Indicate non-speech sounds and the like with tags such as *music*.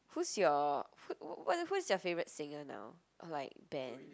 whose your *noise* who's your favourite singer now like band